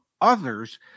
others